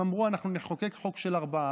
הם אמרו: אנחנו נחוקק חוק של ארבעה,